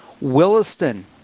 Williston